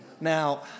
Now